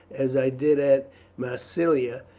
as i did at massilia,